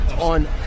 on